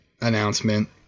announcement